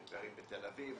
הם גרים בתל אביב,